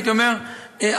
הייתי אומר,